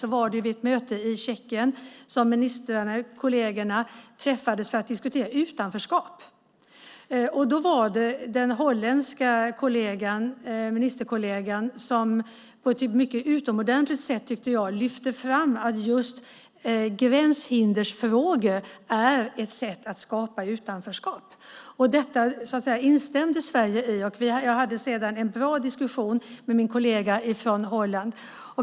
Jag var vid ett möte i Tjeckien där ministerkolleger träffades för att diskutera utanförskap. Då lyfte den holländska ministerkollegan på ett utomordentligt sätt fram att just gränshinder är ett sätt att skapa utanförskap. Detta instämde Sverige i. Jag hade sedan en bra diskussion med min kollega från Holland.